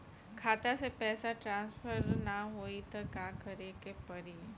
खाता से पैसा टॉसफर ना होई त का करे के पड़ी?